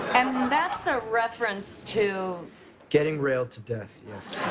and that's a reference to getting railed to death.